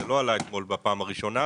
זה לא עלה אתמול בפעם הראשונה.